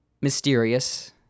mysterious